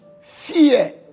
Fear